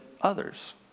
others